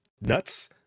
nuts